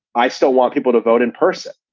i still want people to vote in person.